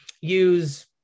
use